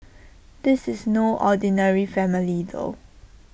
this is no ordinary family though